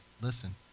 listen